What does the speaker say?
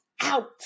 out